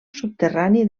subterrani